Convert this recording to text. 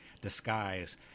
disguise